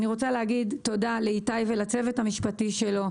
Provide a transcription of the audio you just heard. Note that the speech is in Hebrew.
אני מודה לאיתי ולצוות המשפטי שלו,